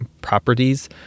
properties